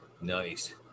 nice